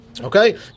Okay